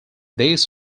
this